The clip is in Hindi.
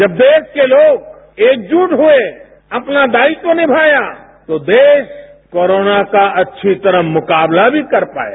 जब देश के लोग एकजुट हुए अपना दायित्व निभाया तो देश कोरोना का अच्छी तरह मुकाबला भी कर पाया